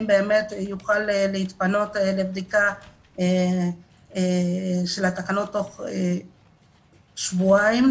יוכל להתפנות לבדיקה של התקנות תוך שבועיים,